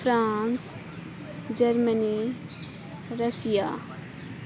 France Germany Russia